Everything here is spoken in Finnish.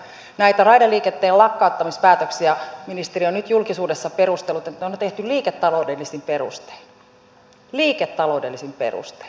näitä raideliikenteen lakkauttamispäätöksiä ministeri on nyt julkisuudessa perustellut että ne on tehty liiketaloudellisin perustein liiketaloudellisin perustein